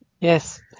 Yes